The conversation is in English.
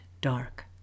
dark